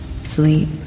sleep